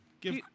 Give